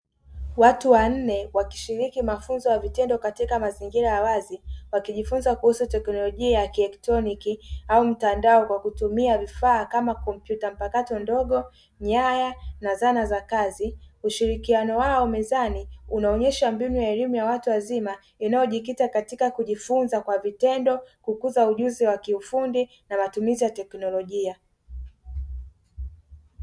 Watu wanne wakishiriki mafunzo ya vitendo katika mazingira ya wazi wakijifunza kuhusu teknolojia ya kielektroniki au mtandaoo kwa kutumia vifaa kama kompyuta mpakato ndogo, nyaya na zana za kazi. ushirikiano wao mezani unaonyesha mbinu ya elimu ya watu wazima inayojikita katika kujifunza kwa vitendo, kukuza ujuzi wa kiufundi na matumizi ya teknolojia.